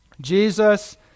Jesus